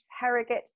harrogate